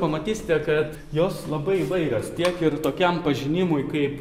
pamatysite kad jos labai įvairios tiek ir tokiam pažinimui kaip